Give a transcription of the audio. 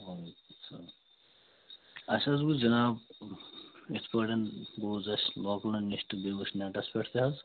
اَسہِ حظ بوٗز جِناب یِتھ پٲٹھۍ بوٗز اَسہِ لوکلَن نِش تہٕ بیٚیہِ وُچھ نٮ۪ٹَس پٮ۪ٹھ تہِ حظ